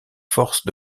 forces